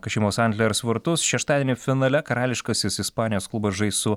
kašimos antlers vartus šeštadienį finale karališkasis ispanijos klubas žais su